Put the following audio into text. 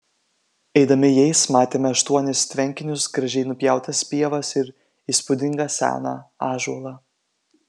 eidami jais matėme aštuonis tvenkinius gražiai nupjautas pievas ir įspūdingą seną ąžuolą